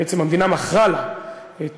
בעצם המדינה מכרה לה את,